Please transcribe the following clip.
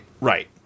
Right